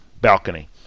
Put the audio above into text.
balcony